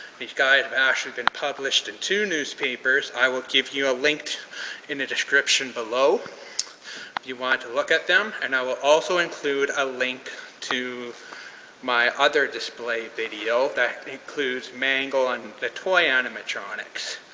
these guys have actually been published in two newspapers. i will give you a link in the description below, if you want to look at them. and i will also include a link to my other display video that includes mangle and the toy animatronics.